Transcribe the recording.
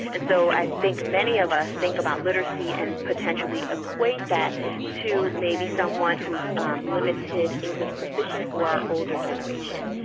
and so i think many of us think about literacy and potentially equate that to maybe someone who's limited english proficient or older generation.